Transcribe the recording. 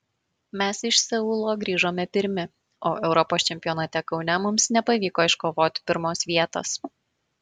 mes iš seulo grįžome pirmi o europos čempionate kaune mums nepavyko iškovoti pirmos vietos